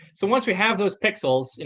so once we have those pixels, and